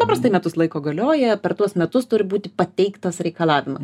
paprastai metus laiko galioja per tuos metus turi būti pateikta reikalavimai